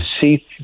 see